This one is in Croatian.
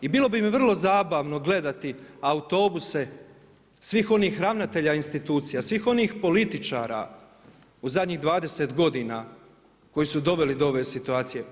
I bilo bi mi vrlo zabavno gledati autobuse svih onih ravnatelja institucija, svih onih političara u zadnjih 20 godina koji su doveli do ove situacije.